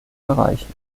erreichen